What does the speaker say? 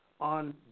on